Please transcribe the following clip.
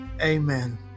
Amen